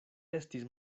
estis